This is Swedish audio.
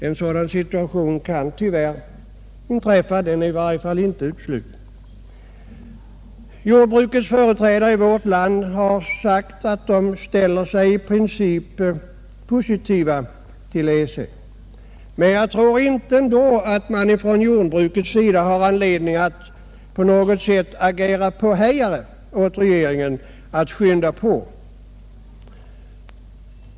En sådan situation kan tyvärr inträffa. Det är i varje fall inte uteslutet. Jordbrukets företrädare i vårt land har sagt att de i princip ställer sig positiva till EEC. Men jag tror ändå inte att man från jordbrukets sida har anledning att på något sält agera påhejare på regeringen.